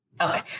Okay